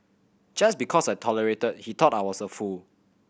just because I tolerated he thought I was a fool